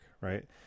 right